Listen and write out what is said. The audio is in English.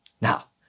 Now